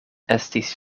estis